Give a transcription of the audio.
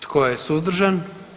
Tko je suzdržan?